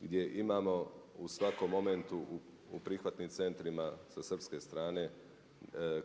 gdje imamo u svakom momentu u prihvatnim centrima sa srpske strane,